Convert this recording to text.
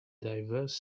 diverse